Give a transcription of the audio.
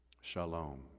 shalom